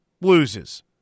loses